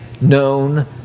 known